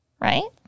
right